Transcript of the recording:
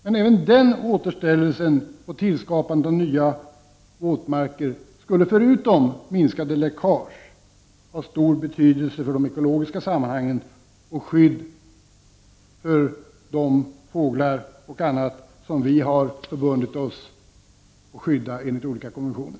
Men även den återställelsen och skapandet av nya våtmarker skulle, förutom att det skulle medföra minskade läckage, ha stor betydelse för de ekologiska sammanhangen och för skyddet för bl.a. de fåglar som vi enligt olika konventioner har förbundit oss att skydda.